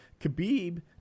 khabib